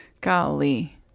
Golly